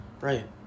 Right